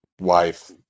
wife